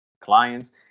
clients